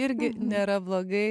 irgi nėra blogai